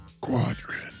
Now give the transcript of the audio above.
Quadrant